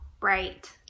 right